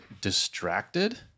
distracted